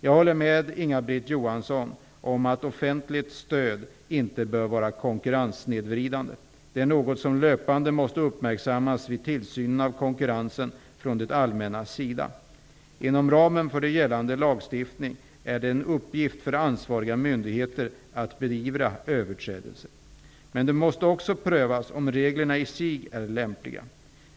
Jag håller med Inga-Britt Johansson om att offentligt stöd inte bör vara konkurrenssnedvridande. Det är något som löpande måste uppmärksammas vid tillsynen av konkurrensen från det allmännas sida. Inom ramen för den gällande lagstiftningen är det en uppgift för ansvariga myndigheter att beivra överträdelse. Men det måste också prövas om reglerna i sig är lämpliga.